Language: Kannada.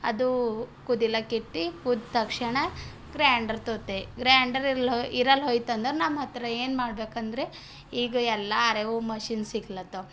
ಅದು ಕುದಿಲಕ್ ಇಟ್ಟು ಕುದ್ದ ತಕ್ಷಣ ಗ್ರಾಂಡರ್ ತೊಗೊತ್ತೆ ಗ್ರಾಂಡರ್ ಇರಲ ಇರಲ್ಲ ಹೋಯ್ತು ಅಂದರೆ ನಮ್ಮ ಹತ್ತಿರ ಏನು ಮಾಡಬೇಕು ಅಂದರೆ ಈಗ ಎಲ್ಲಾರೆ ಅವು ಮಷಿನ್ಸ್ ಸಿಗ್ಲತ್ತಾವ್